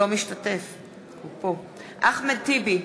אינו משתתף בהצבעה אחמד טיבי,